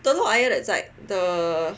Telok Ayer that side the